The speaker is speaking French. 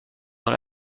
dans